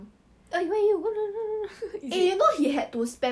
a group of five 有两个男的有三个女的不可以 meh